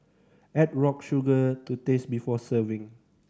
add rock sugar to taste before serving